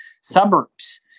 suburbs